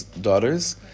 daughters